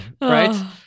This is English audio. right